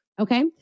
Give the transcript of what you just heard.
okay